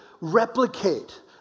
replicate